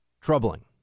troubling